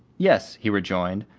yes, he rejoined,